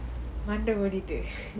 மண்டை ஓடையுது:mandai odaiyuthu